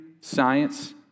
science